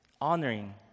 Honoring